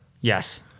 Yes